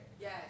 Yes